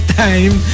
time